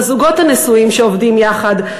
לזוגות הנשואים שעובדים יחד,